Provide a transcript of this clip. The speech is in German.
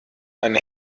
eine